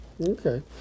Okay